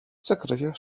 zakresie